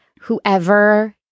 whoever